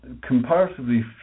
comparatively